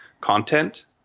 content